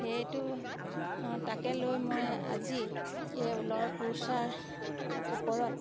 সেইটো তাকে লৈ মই আজি এই ল'ৰ পুৰচাৰ ওপৰত